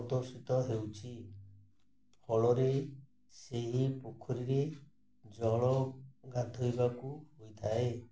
ପ୍ରଦର୍ଶିତ ହେଉଛି ଫଳରେ ସେହି ପୋଖରୀରେ ଜଳ ଗାଧୋଇବାକୁ ହୋଇଥାଏ